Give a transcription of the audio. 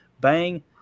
Bang